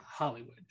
Hollywood